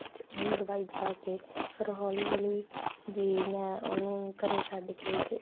ਤੇ ਉਹਨੂੰ ਦਵਾਈ ਦਿਖਾ ਕੇ ਫਿਰ ਹੌਲੀ ਹੌਲੀ ਵੀ ਮੈਂ ਉਹਨੂੰ ਘਰੇ ਛੱਡ ਕੇ ਤੇ